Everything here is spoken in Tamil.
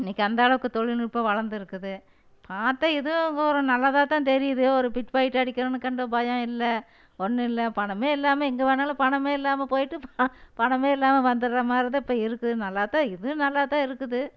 இன்றைக்கி அந்தளவுக்கு தொழில்நுட்பம் வளர்ந்துருக்குது பார்த்தா இதுவும் ஒரு நல்லதாகதான் தெரியுது ஒரு பிட்பாக்கெட் அடிக்கிறவனுக்கு அந்த பயம் இல்லை ஒன்னுமில்ல பணமே இல்லாமல் எங்க வேணாலும் பணமே இல்லாமல் போய்ட்டு பணம் பணமே இல்லாமல் வந்துடற மாதிரிதான் இப்போ இருக்குது நல்லாத்தான் இதுவும் நல்லாத்தான் இருக்குது